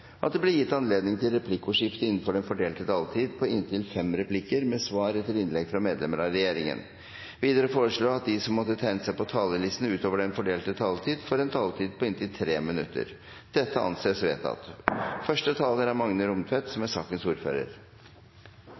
at det blir gitt anledning til replikkordskifte på inntil fem replikker med svar etter innlegg fra medlemmer av regjeringen innenfor den fordelte taletid. Videre foreslås det at de som måtte tegne seg på talerlisten utover den fordelte taletid, får en taletid på inntil 3 minutter. – Dette anses vedtatt.